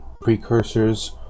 precursors